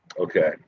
Okay